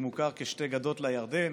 הוא מוכר כ"שתי גדות לירדן",